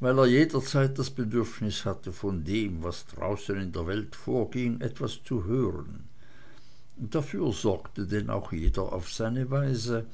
weil er jederzeit das bedürfnis hatte von dem was draußen in der welt vorging etwas zu hören dafür sorgte denn auch jeder auf seine weise